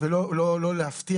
ולא להפתיע.